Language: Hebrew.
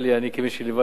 אני, כמי שליווה את,